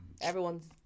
everyone's